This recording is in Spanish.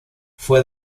fue